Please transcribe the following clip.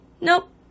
nope